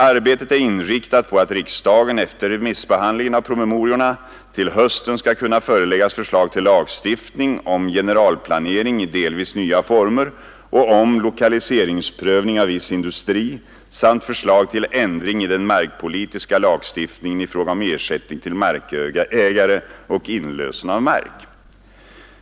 Arbetet är inriktat på att riksdagen, efter remissbehandlingen av promemoriorna, till hösten skall kunna föreläggas förslag till lagstiftning om generalplanering i delvis nya former och om lokaliseringsprövning av viss industri samt förslag till ändring i den markpolitiska lagstiftningen i fråga om ersättning till markägare och inlösen av mark.